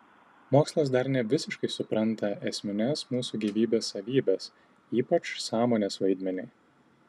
mokslas dar nevisiškai supranta esmines mūsų gyvybės savybes ypač sąmonės vaidmenį